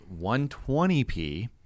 120p